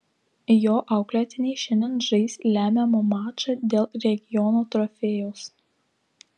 jo auklėtiniai šiandien žais lemiamą mačą dėl regiono trofėjaus